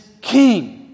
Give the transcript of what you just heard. King